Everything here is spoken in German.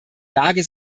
lage